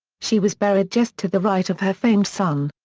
she was buried just to the right of her famed son.